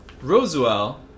Roswell